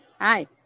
Hi